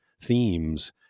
themes